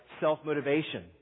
self-motivation